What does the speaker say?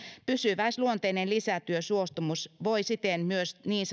pysyväisluonteinen lisätyösuostumus voi siten myös niin